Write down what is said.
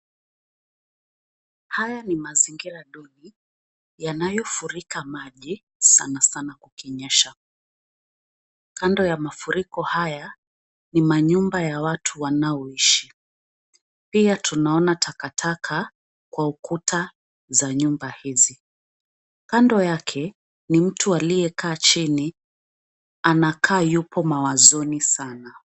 Haya ni mazingira duni yanayofurika maji sana, sana kukinyesha. Kando ya mafuriko haya, ni manyumba ya watu wanaoishi. Pia tunaona takataka kwa ukuta za nyumba hizi. Kando yake ni mtu aliyekaa chini anakaa yupo mawazoni sana.